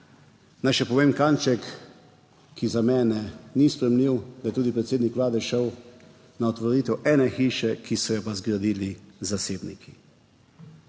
Naj še povem kanček, ki za mene ni sprejemljiv, da je tudi predsednik Vlade šel na otvoritev ene hiše, ki so jo zgradili zasebniki.